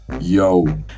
Yo